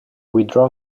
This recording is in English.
withdraw